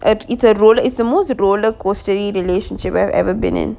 uh it's a roll~ it's the most roller coaster relationship I've ever been in